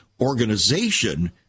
organization